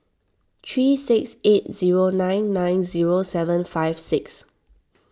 three six eight zero nine nine zero seven five six